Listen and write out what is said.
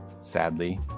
Sadly